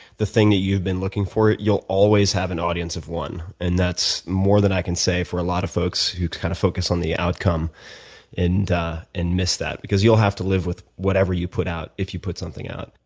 the thing that you've been looking for, you'll always have an audience of one. and that's more than i can say for a lot of folks who kind of focus on the outcome and miss and miss that because you'll have to live with whatever you put out, if you put something out.